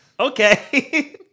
Okay